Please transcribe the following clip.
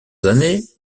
années